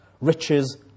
riches